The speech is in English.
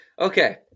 Okay